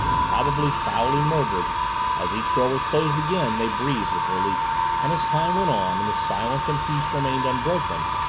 probably foully murdered as each door was closed again they breathed with relief. and as time went on and the silence and peace remained unbroken,